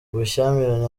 ubushyamirane